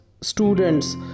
students